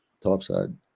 topside